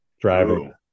Driving